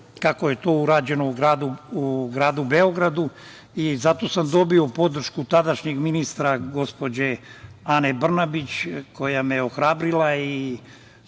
kako je to urađeno u gradu Beogradu. Za to sam dobio podršku tadašnjeg ministra, gospođe Ane Brnabić, koja me je ohrabrila i